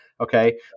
Okay